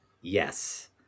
Yes